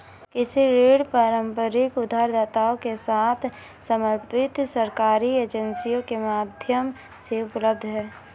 कृषि ऋण पारंपरिक उधारदाताओं के साथ समर्पित सरकारी एजेंसियों के माध्यम से उपलब्ध हैं